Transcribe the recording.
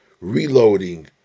reloading